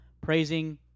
praising